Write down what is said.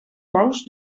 bous